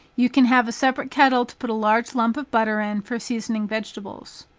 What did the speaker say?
you can have a separate kettle to put a large lump of butter in for seasoning vegetables.